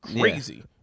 crazy